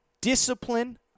discipline